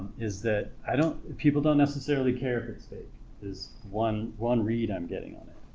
is that i don't people don't necessarily care if it's fake is one one read i'm getting on it,